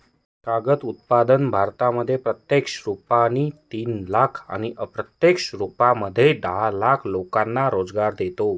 कागद उत्पादन भारतामध्ये प्रत्यक्ष रुपाने तीन लाख आणि अप्रत्यक्ष रूपामध्ये दहा लाख लोकांना रोजगार देतो